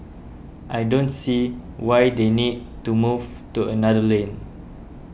I don't see why they need to move to another lane